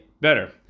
better